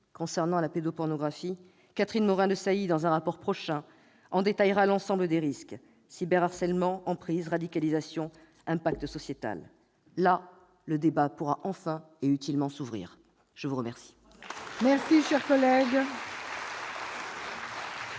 concernant la pédopornographie. Catherine Morin-Desailly, dans un rapport prochain, détaillera l'ensemble des risques : cyber-harcèlement, emprise, radicalisation, impact sociétal, etc. Là, le débat pourra enfin et utilement s'ouvrir. Excellent